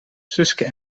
suske